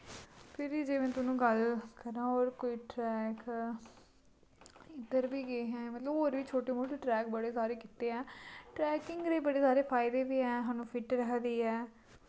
फिरि जे में थोआनू गल्ल करां और कोई ट्रैक इध्दर वी गे हे मतलव और वी छोटे मोटे ट्रैक बड़े सारे कीते ऐं ट्रैकिंग दे बड़े सारे फायदे वी ऐं साह्नू फिट रक्खदी ऐ